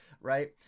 Right